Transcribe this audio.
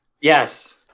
Yes